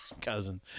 cousin